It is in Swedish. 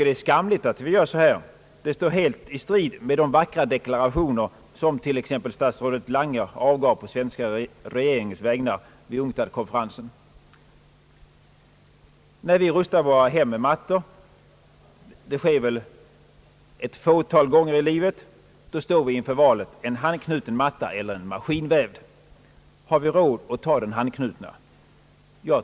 Det är skamligt att vi gör så här, och det står helt i strid med de vackra deklarationer som t.ex. statsrådet Lange avgav på svenska regeringens vägnar vid UNCTAD-konferensen. När vi rustar våra hem med mattor — det sker väl ett fåtal gånger i livet — står vi inför valet: en handknuten matta eller en maskinvävd? Har vi råd att ta en handknuten?